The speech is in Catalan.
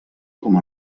com